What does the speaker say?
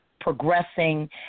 progressing